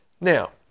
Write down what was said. Now